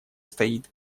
стоит